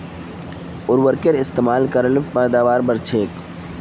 उर्वरकेर इस्तेमाल कर ल पैदावार बढ़छेक